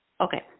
Okay